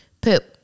poop